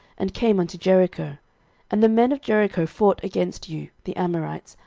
and came unto jericho and the men of jericho fought against you, the amorites,